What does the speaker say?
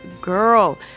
girl